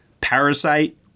Parasite